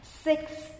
Six